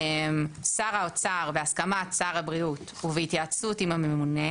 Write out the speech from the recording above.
שר האוצר בהסכמת שר הבריאות ובהתייעצות עם הממונה